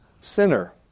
sinner